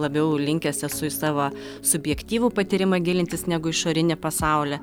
labiau linkęs esu į savo subjektyvų patyrimą gilintis negu išorinį pasaulį